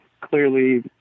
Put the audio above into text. clearly